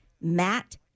Matt